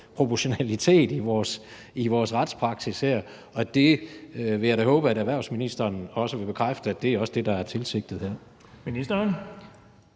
proportionalitet i vores retspraksis, og det vil jeg da håbe at erhvervsministeren vil bekræfte er tilsigtet her.